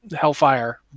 Hellfire